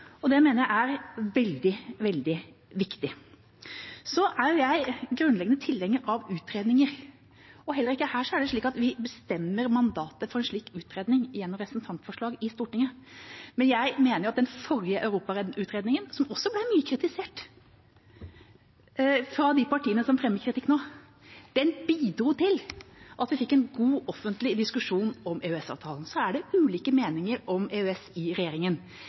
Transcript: og det mener jeg er veldig, veldig viktig. Så er jeg grunnleggende tilhenger av utredninger, og heller ikke her er det slik at vi bestemmer mandatet for en slik utredning gjennom representantforslag i Stortinget. Men jeg mener at den forrige europautredningen, som også ble mye kritisert av de partiene som fremmer kritikk nå, bidro til at vi fikk en god offentlig diskusjon om EØS-avtalen. Det er ulike meninger om EØS i